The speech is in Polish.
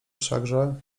wszakże